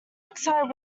excited